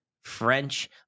French